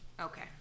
Okay